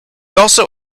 also